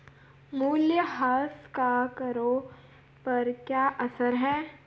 मूल्यह्रास का करों पर क्या असर है?